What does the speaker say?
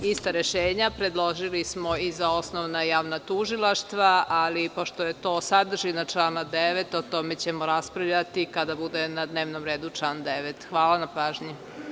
Ista rešenja predložili smo i za osnovna javna tužilaštva, ali pošto je to sadržina člana 9. o tome ćemo raspravljati kada bude na dnevnom redu član 9. Hvala na pažnji.